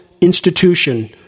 institution